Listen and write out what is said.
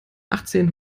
achtzehn